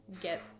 get